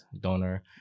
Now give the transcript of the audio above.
donor